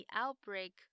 outbreak